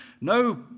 no